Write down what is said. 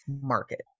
market